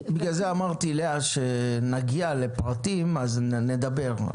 בגלל זה אמרתי, לאה, שכשנגיע לפרטים אז נדבר.